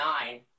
nine